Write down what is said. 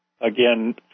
again